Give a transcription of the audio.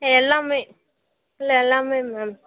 எல்லாமே இல்லை எல்லாமே மேம்